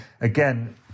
again